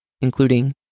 including